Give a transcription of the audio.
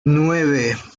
nueve